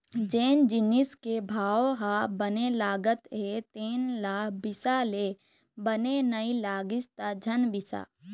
जेन जिनिस के भाव ह बने लागत हे तेन ल बिसा ले, बने नइ लागिस त झन बिसा